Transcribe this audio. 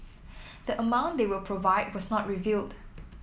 the amount they will provide was not revealed